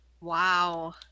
Wow